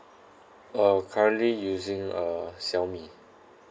oh currently using uh Xiaomi